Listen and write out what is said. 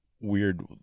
weird